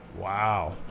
Wow